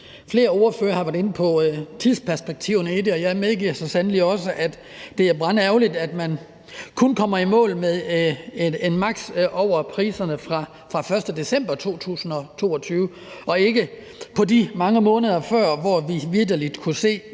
Flere ordførere har været inde på tidsperspektiverne i det, og jeg medgiver så sandelig også, at det er brandærgerligt, at man kun kommer i mål med et maks. over priserne fra den 1. december 2022 og ikke på de mange måneder før, hvor vi vitterlig kunne se,